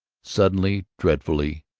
suddenly, dreadfully,